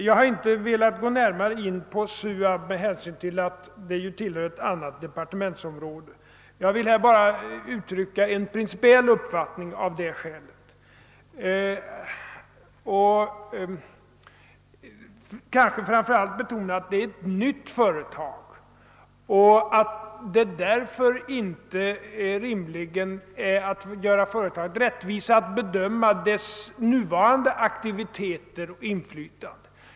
Jag har inte velat gå in närmare på SUAB med hänsyn till att det tillhör ett annat departements verksamhetsområde. Jag vill av det skälet bara uttrycka en principiell uppfattning och kanske framför allt betona att det är ett nytt företag och att det därför inte rimligen är att göra företaget rättvisa att bedöma det efter dess hittillsvarande aktiviteter och inflytande.